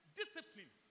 discipline